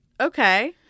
Okay